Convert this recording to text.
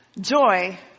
Joy